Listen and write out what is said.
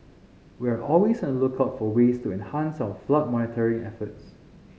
we are always on the lookout for ways to enhance our flood monitoring efforts